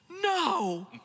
no